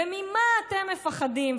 ממה אתם מפחדים?